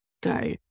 go